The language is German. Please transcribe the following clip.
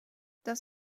das